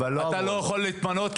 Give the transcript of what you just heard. אתה לא יכול להתמנות.